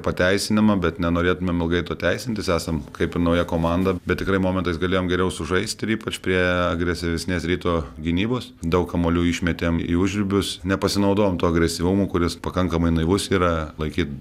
pateisinama bet nenorėtumėm ilgai to teisintis esam kaip ir nauja komanda bet tikrai momentais galėjome geriau sužaisti ypač prie agresyvesnės ryto gynybos daug kamuolių išmetėm į užribius nepasinaudojom tuo agresyvumu kuris pakankamai naivus yra laikyt